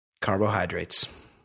carbohydrates